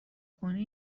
خونه